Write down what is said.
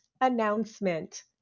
announcement